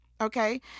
Okay